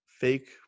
fake